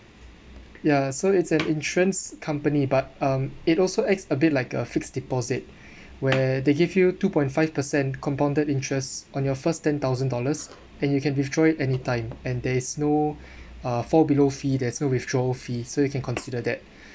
yeah so it's an insurance company but um it also acts a bit like a fixed deposit where they give you two point five percent compounded interest on your first ten thousand dollars and you can withdraw it anytime and there is no uh fall below fee there's no withdraw fee so you can consider that